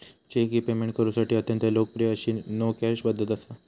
check ही payment करुसाठी अत्यंत लोकप्रिय अशी नो कॅश पध्दत असा